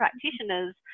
practitioners